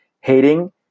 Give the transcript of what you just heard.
hating